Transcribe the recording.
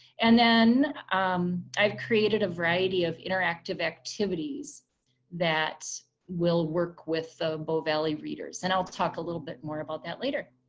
and then um i've created a variety of interactive activities that will work with the bow valley readers. and i'll talk a little bit more about that later.